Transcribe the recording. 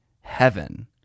Heaven